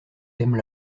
thèmes